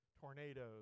tornadoes